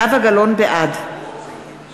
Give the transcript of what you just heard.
בעד